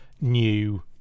new